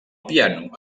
piano